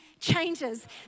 changes